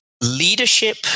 leadership